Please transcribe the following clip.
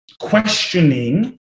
questioning